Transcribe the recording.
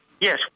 Yes